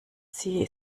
sie